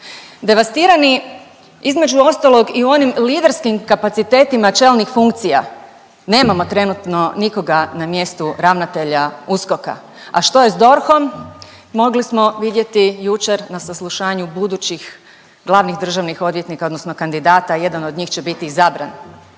Devastiran je između ostalog i u onim liderskim kapacitetima čelnih funkcija, nemamo trenutno nikoga na mjestu ravnatelja USKOK-a, a što je s DORH-om mogli smo vidjeti jučer na saslušanju budućih glavnih državnih odvjetnika odnosno kandidata, jedan od njih će biti izabran.